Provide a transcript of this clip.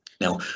Now